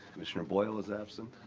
commissioner boyle is absent,